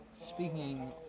speaking